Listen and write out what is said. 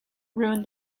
ruins